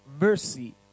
mercy